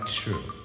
true